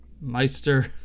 Meister